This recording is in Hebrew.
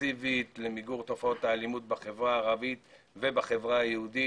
אינטנסיבית למיגור תופעות האלימות בחברה הערבית ובחברה היהודית.